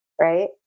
right